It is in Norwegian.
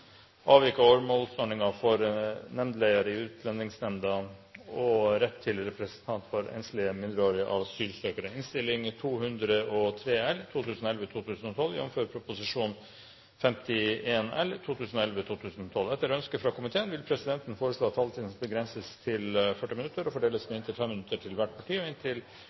og argumentere for i internasjonale sammenhenger. Takk for en god debatt! Dermed er debatten i sak nr. 1 avsluttet. Etter ønske fra kommunal- og forvaltningskomiteen vil presidenten foreslå at taletiden begrenses til 40 minutter og fordeles med inntil 5 minutter til hvert parti og